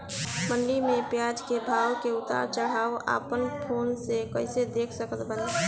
मंडी मे प्याज के भाव के उतार चढ़ाव अपना फोन से कइसे देख सकत बानी?